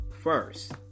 first